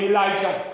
Elijah